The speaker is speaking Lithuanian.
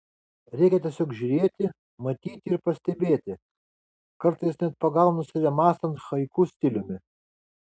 reikia tiesiog žiūrėti matyti ir pastebėti kartais net pagaunu save mąstant haiku stiliumi